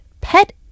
pet